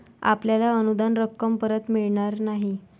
आपल्याला अनुदान रक्कम परत मिळणार नाही